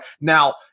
Now